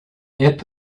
app